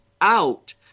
out